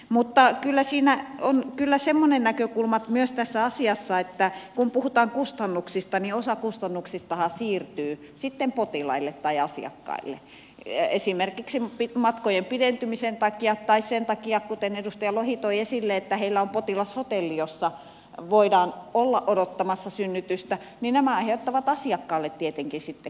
mutta kyllä siinä on semmoinen näkökulma myös tässä asiassa että kun puhutaan kustannuksista niin osa kustannuksistahan siirtyy sitten potilaille tai asiakkaille esimerkiksi matkojen pidentymisen takia tai sen takia kuten edustaja lohi toi esille että heillä on potilashotelli missä voidaan olla odottamassa synnytystä ja nämä aiheuttavat asiakkaille tietenkin sitten kustannuksia